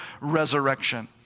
resurrection